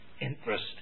interest